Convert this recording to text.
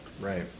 right